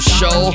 show